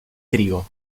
trigo